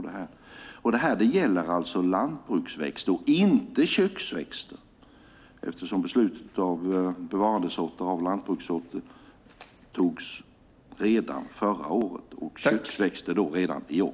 Det gäller lantbruksväxter, inte köksväxter eftersom beslutet om bevarandesorter av lantbrukssorter togs redan förra året och av köksväxter i år.